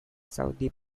saudi